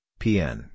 pn